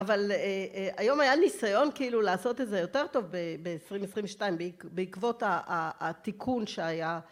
אבל היום היה ניסיון כאילו לעשות את זה יותר טוב ב... ב-2022 בעקבות ה... התיקון שהיה